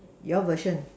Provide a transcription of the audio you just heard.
your version